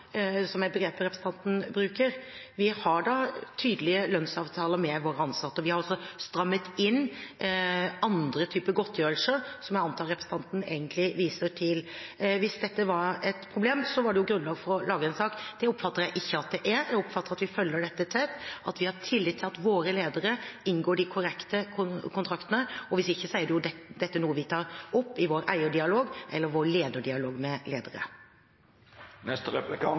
var et problem, var det grunnlag for å lage en sak, men det oppfatter jeg ikke at det er. Jeg oppfatter at vi følger dette tett, og at vi har tillit til at våre ledere inngår korrekte kontrakter. Og hvis ikke, er dette noe vi tar opp i vår eierdialog eller vår dialog med